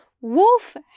Wolf